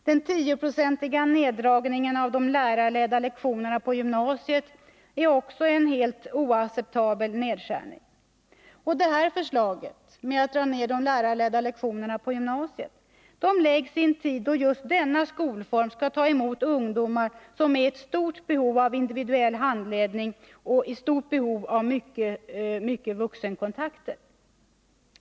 Den 10-procentiga neddragningen av de lärarledda lektionerna på gymnasiet är också en helt oacceptabel nedskärning. Detta förslag, att dra ned de lärarledda lektionerna på gymnasiet, läggs fram i en tid då just denna skolform skall ta emot ungdomar som är i stort behov av individuell handledning och i behov av mycket vuxenkontakter.